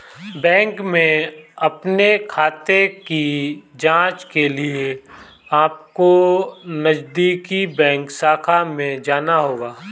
bank में अपने खाते की जांच के लिए अपको नजदीकी बैंक शाखा में जाना होगा